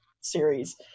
series